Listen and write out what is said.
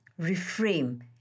reframe